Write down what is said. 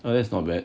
well that's not bad